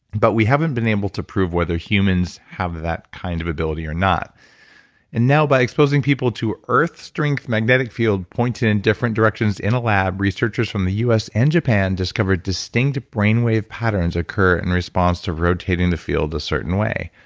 but we haven't been able to prove whether humans have that kind of ability or not and now, by exposing people to an earth strength magnetic field pointed in different directions in a lab, researchers from the us and japan discovered distinct brain wave patterns occur in response to rotating the field a certain way.